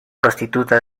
prostituta